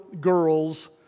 girls